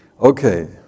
Okay